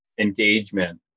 Engagement